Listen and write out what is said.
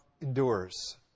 endures